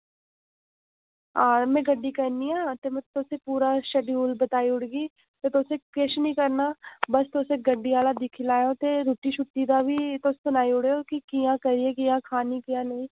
हां में गड्डी करनी आं ते में तुसें पूरा श्डयूल बताई ओड़गी ते तुसें किश निं करना बस तुसें गड्डी आह्ला दिक्खी लैएओ ते रुट्टी छुट्टी दा बी तुस सनाई ओड़ेओ कि कि'यां करियै कि'यां खानी कि'यां नेईं